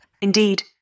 Indeed